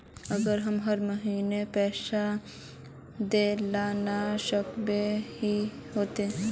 अगर हम हर महीना पैसा देल ला न सकवे तब की होते?